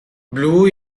blue